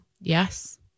Yes